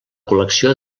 col·lecció